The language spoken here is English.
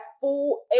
full